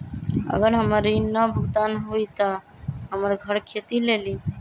अगर हमर ऋण न भुगतान हुई त हमर घर खेती लेली?